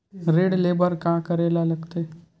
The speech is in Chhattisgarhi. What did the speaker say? ऋण ले बर का करे ला लगथे?